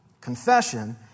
Confession